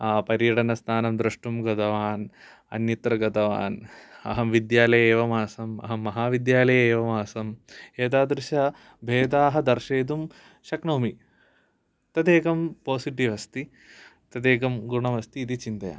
पर्यटनस्थानं द्रष्टुं गतवान् अन्यत्र गतवान् अहं विद्यालये एवम् आसम् महाविद्यालये एवम् आसम् एतादृश भेदाः दर्शयितुं शक्नोमि तदेकं पोसिटिव् अस्ति तदेकं गुणमस्तीति चिन्तयामि